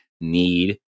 need